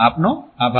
આપનો આભાર